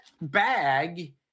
bag